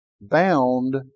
bound